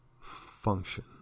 function